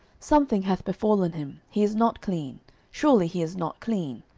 something hath befallen him, he is not clean surely he is not clean.